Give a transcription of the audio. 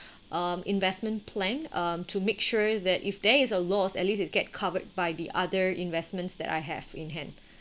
um investment plan uh to make sure that if there is a lows at least they get covered by the other investments that I have in hand